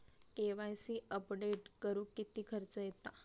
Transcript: KYC update करुक किती खर्च येता?